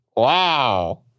Wow